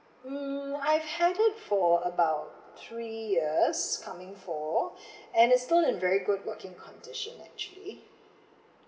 um I had it for about three years coming for and it still in very good working condition actually